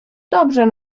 dobrze